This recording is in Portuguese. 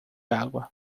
água